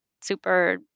super